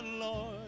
Lord